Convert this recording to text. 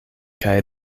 kaj